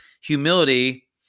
humility